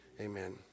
amen